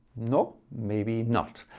no maybe not.